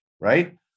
right